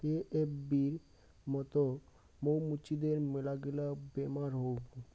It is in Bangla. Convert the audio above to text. এ.এফ.বির মত মৌ মুচিদের মেলাগিলা বেমার হউ